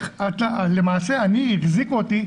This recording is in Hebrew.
למעשה ילדיי החזיקו אותי,